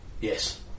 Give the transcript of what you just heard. Yes